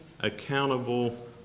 accountable